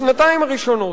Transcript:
בשנתיים הראשונות.